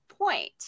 point